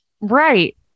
Right